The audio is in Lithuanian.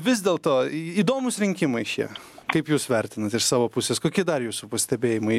vis dėlto į įdomūs rinkimai šie kaip jūs vertinat iš savo pusės kokie dar jūsų pastebėjimai